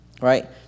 Right